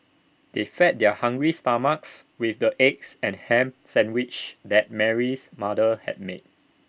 they fed their hungry stomachs with the eggs and Ham Sandwiches that Mary's mother had made